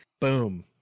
boom